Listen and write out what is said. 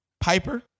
Piper